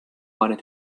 wanted